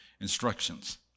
instructions